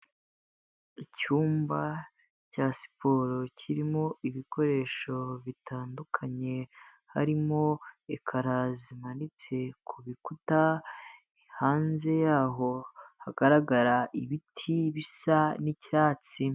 Icyumba cya siporo kirimo ibikoresho bitandukanye; harimo ekara zimanitse kukuta, hanze yaho hagaragara ibiti bisa nicyatsi.